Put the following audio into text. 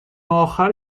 اخر